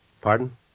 Pardon